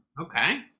Okay